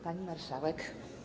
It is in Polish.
Pani Marszałek!